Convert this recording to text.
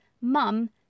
mum